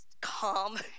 calm